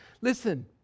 Listen